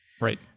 Right